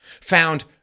found